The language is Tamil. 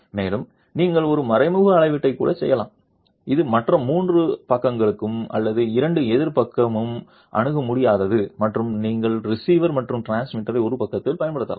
மேலும் நீங்கள் ஒரு மறைமுக அளவீட்டைக் கூட செய்யலாம் இது மற்ற மூன்று பக்கங்களும் அல்லது இரண்டு எதிர் பக்கமும் அணுக முடியாதது மற்றும் நீங்கள் ரிசீவர் மற்றும் டிரான்ஸ்மிட்டரை ஒரே பக்கத்தில் பயன்படுத்தலாம்